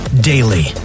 daily